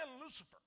Lucifer